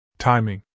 timing